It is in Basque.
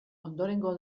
ondorengo